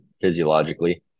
physiologically